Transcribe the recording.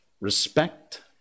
respect